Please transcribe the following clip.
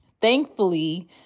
Thankfully